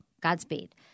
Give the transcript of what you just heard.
Godspeed